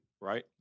right